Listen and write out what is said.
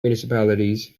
municipalities